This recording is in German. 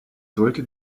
sollte